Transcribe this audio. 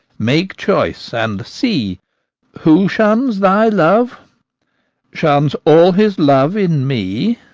make choice and see who shuns thy love shuns all his love in me.